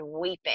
weeping